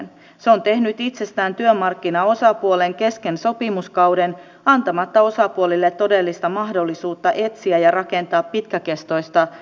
se on tehnyt itsestään työmarkkinaosapuolen kesken sopimuskauden antamatta osapuolille todellista mahdollisuutta etsiä ja rakentaa pitkäkestoista ratkaisua